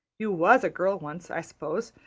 you was a girl once, i s'pose,